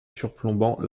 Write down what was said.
surplombant